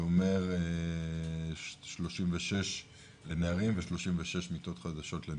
זה אומר 36 לנערים ו-36 מיטות חדשות לנערות.